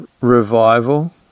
revival